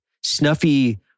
snuffy